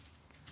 זה